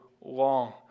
long